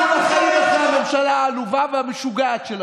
הם לא יחזרו לחיים אחרי הממשלה העלובה והמשוגעת שלכם.